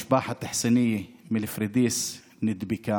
משפחת חסנייה מפוריידיס, נדבקה.